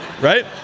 right